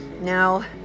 Now